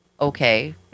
Okay